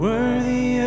Worthy